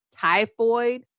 typhoid